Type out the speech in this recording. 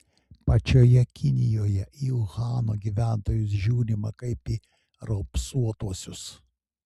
pačioje kinijoje į uhano gyventojus žiūrima kaip į raupsuotuosius